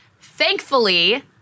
Thankfully